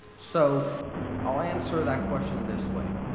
so i'll answer that question this way.